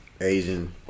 Asian